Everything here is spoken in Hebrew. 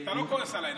אתה לא כועס עליי,